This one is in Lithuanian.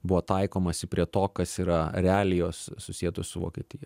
buvo taikomasi prie to kas yra realijos susietos su vokietija